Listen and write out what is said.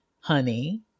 honey